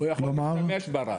הוא יכול להשתמש בה רק.